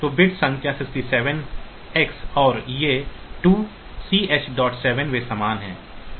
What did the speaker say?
तो बिट संख्या 67x और ये 2Ch7 वे समान हैं